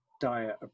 diet